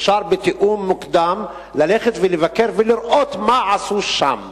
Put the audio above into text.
אפשר בתיאום מוקדם ללכת ולבקר ולראות מה עשו שם.